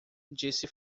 disse